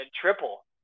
triple